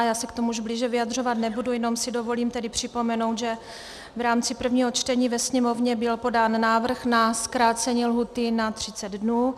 Já se k tomu už blíže vyjadřovat nebudu, jenom si dovolím připomenout, že v rámci prvního čtení ve Sněmovně byl podán návrh na zkrácení lhůty na 30 dnů.